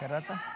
גלעד קריב,